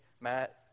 Matt